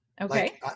Okay